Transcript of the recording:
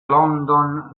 london